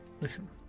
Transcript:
Listen